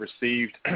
received